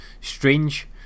strange